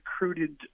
recruited